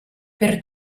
per